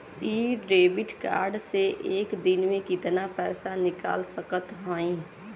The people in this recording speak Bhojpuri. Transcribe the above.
इ डेबिट कार्ड से एक दिन मे कितना पैसा निकाल सकत हई?